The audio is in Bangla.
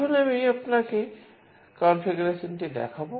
এখন আমি আপনাকে কনফিগারেশনটি দেখাব